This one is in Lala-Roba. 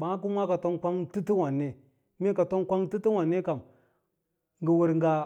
Ɓàà kuma ka tom kwang toto wààne, mee ka tom kwang toto wààne kam, ngɚ wɚr ngaa